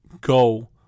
go